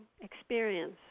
experience